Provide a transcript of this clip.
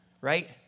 right